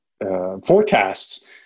forecasts